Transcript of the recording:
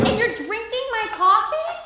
you're drinking my coffee!